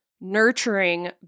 nurturing